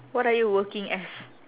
what are you working as